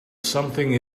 something